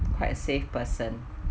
quit a safe person